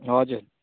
हजुर